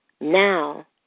now